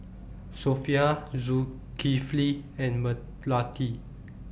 Sofea Zulkifli and Melati